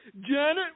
Janet